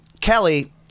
Kelly